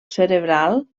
cerebral